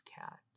cat